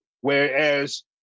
Whereas